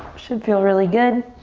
should feel really good.